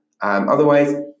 Otherwise